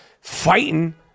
fighting